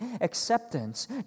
acceptance